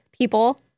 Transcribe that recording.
people